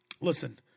listen